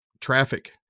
traffic